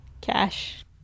cash